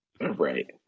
Right